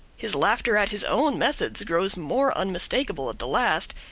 his laughter at his own methods grows more unmistakable at the last,